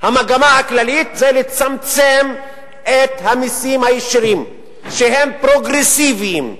המגמה הכללית היא לצמצם את המסים הישירים שהם פרוגרסיביים,